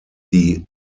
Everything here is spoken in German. die